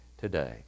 today